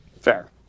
Fair